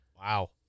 Wow